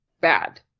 bad